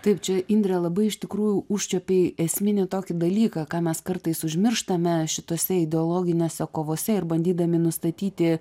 taip čia indre labai iš tikrųjų užčiuopei esminį tokį dalyką ką mes kartais užmirštame šitose ideologinėse kovose ir bandydami nustatyti